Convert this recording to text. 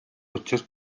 учир